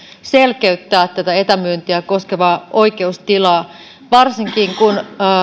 selkeyttää etämyyntiä koskevaa oikeustilaa varsinkin kun